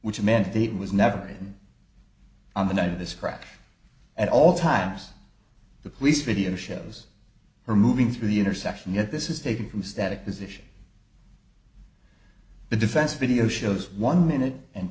which meant that it was never written on the night of this crash at all times the police video shows her moving through the intersection yet this is taken from a static position the defense video shows one minute and